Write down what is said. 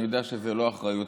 אני יודע שזו לא אחריותך,